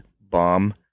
bomb